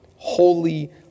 Holy